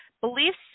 Beliefs